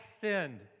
sinned